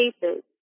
cases